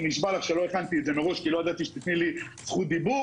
ונשבע לך שלא הכנתי את זה מראש כי לא ידעתי שתתני לי זכות דיבור